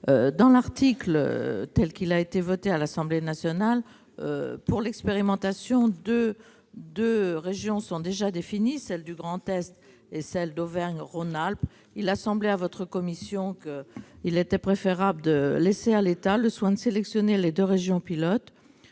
Dans l'article tel qu'il a été voté à l'Assemblée nationale, deux régions sont déjà retenues pour l'expérimentation : Grand Est et Auvergne-Rhône-Alpes. Il a semblé à votre commission qu'il était préférable de laisser à l'État le soin de sélectionner les deux régions pilotes